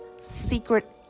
secret